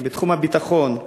ובתחום הביטחון,